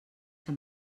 que